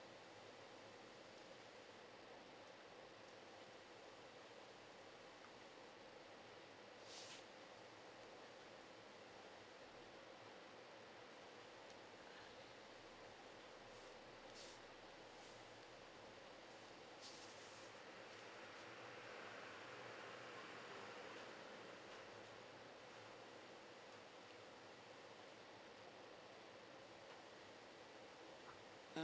mm